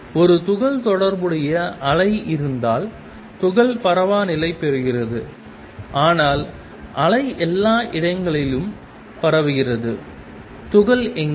ஒரு துகள் தொடர்புடைய அலை இருந்தால் துகள் பரவாநிலை பெறுகிறது ஆனால் அலை எல்லா இடங்களிலும் பரவுகிறது துகள் எங்கே